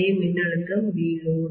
அதே மின்னழுத்தம் VLoad